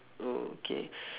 oh okay